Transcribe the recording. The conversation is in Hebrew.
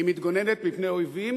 היא מתגוננת מפני אויבים